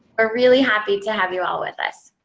we're really happy to have you all with us.